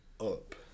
up